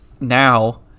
now